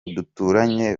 duturanye